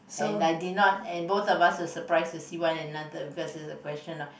and I did not and both of us were surprised to one another because it's a question lah